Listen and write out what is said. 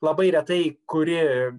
labai retai kuri